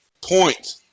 Point